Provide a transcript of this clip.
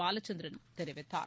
பாலச்சந்திரன் தெரிவித்தார்